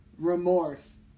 Remorse